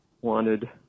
wanted